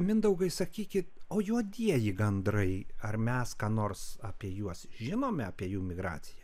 mindaugai sakykit o juodieji gandrai ar mes ką nors apie juos žinome apie jų migraciją